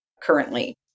currently